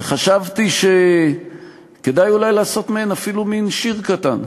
שחשבתי שאולי כדאי לעשות מהן אפילו מין שיר קטן,